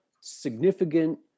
significant